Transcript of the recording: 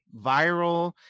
viral